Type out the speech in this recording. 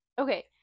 Okay